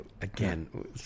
again